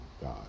God